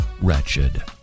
wretched